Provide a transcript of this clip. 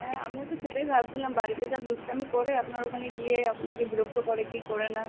হ্যাঁ আমিও তো সেটাই ভাবছিলাম বাড়িতে যা দুষ্টামি করে আপনার ওখানে গিয়ে আপনাকে বিরক্ত করে কি করে না